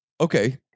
Okay